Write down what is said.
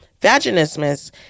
Vaginismus